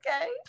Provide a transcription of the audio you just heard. Okay